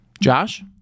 Josh